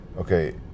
okay